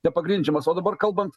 nepagrindžiamas o dabar kalbant